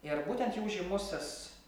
ir būtent jų žymusis